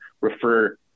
refer